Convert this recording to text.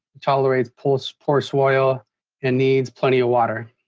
tolerates poor so poor soil and needs plenty of water.